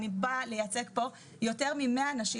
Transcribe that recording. אני באה לייצג פה יותר ממאה נשים,